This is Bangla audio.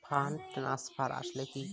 ফান্ড ট্রান্সফার আসলে কী?